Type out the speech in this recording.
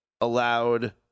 allowed